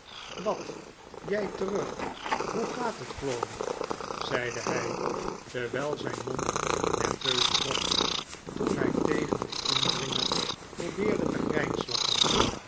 wat jij terug hoe gaat het crawley zeide hij terwijl zijn mond nerveus trok toen hij tegen den indringer probeerde